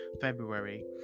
February